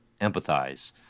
empathize